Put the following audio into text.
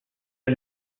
are